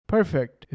Perfect